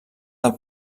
del